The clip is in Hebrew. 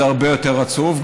זה הרבה יותר עצוב,